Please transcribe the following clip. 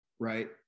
right